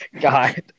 God